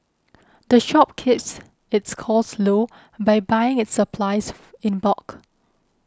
the shop keeps its costs low by buying its supplies in bulk